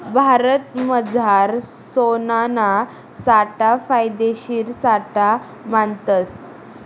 भारतमझार सोनाना साठा फायदेशीर साठा मानतस